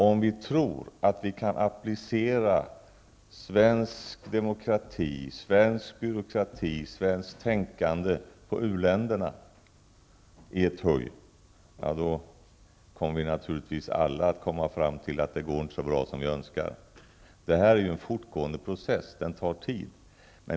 Om vi tror att vi i ett huj kan applicera svensk demokrati, svensk byråkrati och svenskt tänkande på u-ländernas situation, kommer vi alla, naturligtvis, att inse att det inte går så bra som vi önskar. Det här är ju en fortgående process som tar tid.